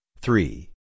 three